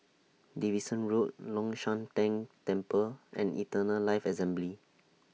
Davidson Road Long Shan Tang Temple and Eternal Life Assembly